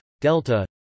Delta